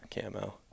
camo